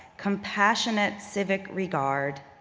compassionate civic regard,